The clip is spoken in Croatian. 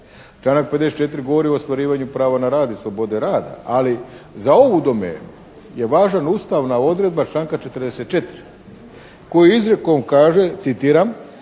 Članak 54. govori o ostvarivanju prava na rad i slobode rada, ali za ovu domenu je važna ustavna odredba članka 44. koji izrijekom kaže, citiram: